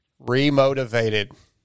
Remotivated